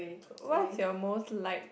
what's your most liked